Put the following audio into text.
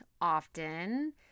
often